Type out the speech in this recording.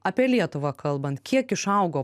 apie lietuvą kalbant kiek išaugo